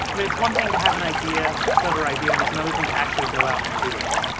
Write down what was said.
i mean, it's one thing to have an idea, clever idea, and it's another thing to actually go out and do it.